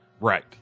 Right